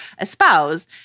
espouse